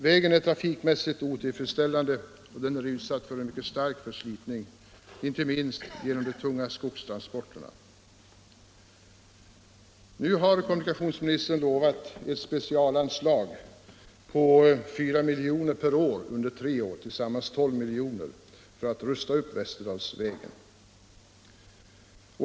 Vägen är trafik mässigt otillfredsställande, och den är utsatt för en mycket stark förslitning, inte minst genom de tunga skogstransporterna. Nu har kommunikationsministern lovat ett specialanslag på 4 milj.kr. per år under tre år, tillsammans 12 milj.kr., för upprustning av Västerdalsvägen.